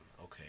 Okay